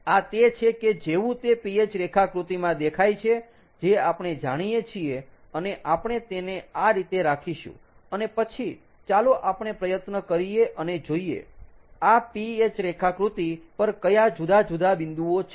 આ તે છે કે જેવું તે Ph રેખાકૃતિમાં દેખાય છે જે આપણે જાણીયે છીએ અને આપણે તેને આ રીતે રાખીશું અને પછી ચાલો આપણે પ્રયત્ન કરીયે અને જોઈએ આ Ph રેખાકૃતિ પર ક્યાં જુદા જુદા બિંદુઓ છે